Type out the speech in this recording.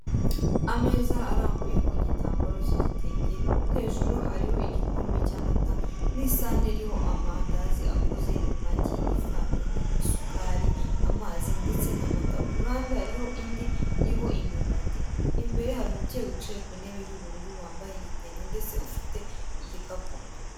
Ameza arambuyeho igitambaro cy'igitenge, hejuru hariho igikombe cy'amata n'isahani iriho amandazi akoze mu magi, ifarini, isukari, amazi ndetse n'amata. Ku ruhande hariho indi iriho imyumbati. Imbere hari umubyeyi wicaye ku ntebe y'ubururu, wambaye igitenge ndetse ufite igikapu.